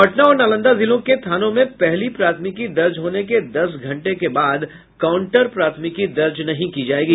पटना और नालंदा जिलों के थानों में पहली प्राथमिकी दर्ज होने के दस घंटे के बाद काउंटर प्राथमिकी दर्ज नहीं की जायेगी